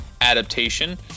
adaptation